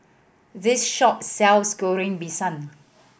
this shop sells Goreng Pisang